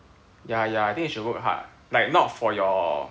ya ya I think you should work hard like not for your